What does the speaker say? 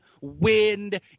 wind